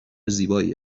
زیبایی